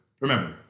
Remember